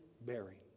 bearing